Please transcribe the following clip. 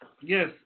yes